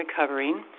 recovering